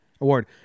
Award